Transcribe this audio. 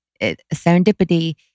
serendipity